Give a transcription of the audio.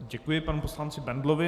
Děkuji panu poslanci Bendlovi.